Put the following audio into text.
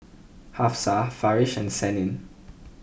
Hafsa Farish and Senin